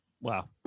Wow